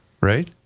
right